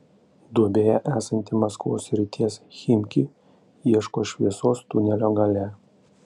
duobėje esanti maskvos srities chimki ieško šviesos tunelio gale